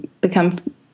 become